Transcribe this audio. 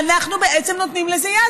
ואנחנו נותנים לזה יד.